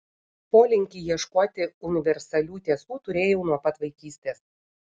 polinkį ieškoti universalių tiesų turėjau nuo pat vaikystės